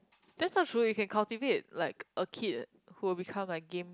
that's not true you can cultivate like a kid who will become like game